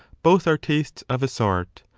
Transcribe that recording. both are tastes of a sort,